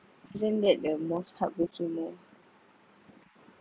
isn't that the most heartbreaking no